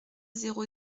zéro